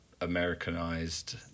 Americanized